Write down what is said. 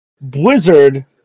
Blizzard